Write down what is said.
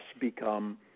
become